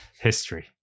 history